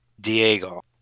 Diego